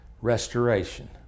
restoration